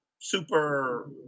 super